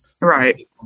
Right